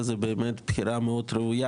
זו באמת בחירה ראויה.